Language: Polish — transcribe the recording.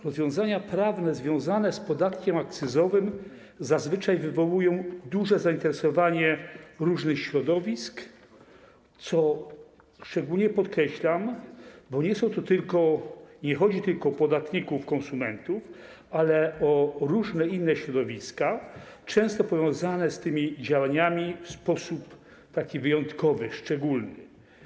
Rozwiązania prawne związane z podatkiem akcyzowym zazwyczaj wywołują duże zainteresowanie różnych środowisk, co szczególnie podkreślam, bo nie chodzi tylko o podatników konsumentów, ale o różne inne środowiska, często powiązane z tymi działaniami w sposób taki wyjątkowy, szczególny.